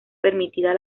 permitida